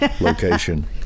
location